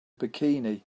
bikini